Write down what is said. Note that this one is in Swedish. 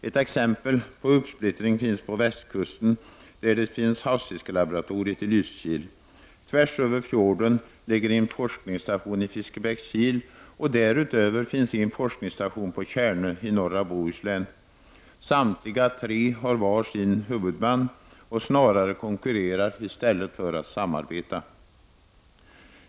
Ett exempel på uppsplittring finns på västkusten, där havsfiskelaboratoriet finns i Lysekil. Tvärs över fjorden ligger en forskningsstation i Fiskebäckskil, och därutöver finns en forskningsstation på Tjärnö i norra Bohuslän. Samtliga tre har var sin huvudman och konkurrerar snarare än att samarbeta.